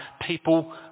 people